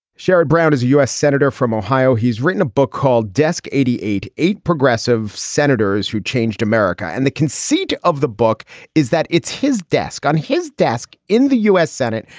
sherrod brown is a u senator from ohio. he's written a book called desk eighty eight eight progressive senators who changed america, and the conceit of the book is that it's his desk on his desk in the u s. senate.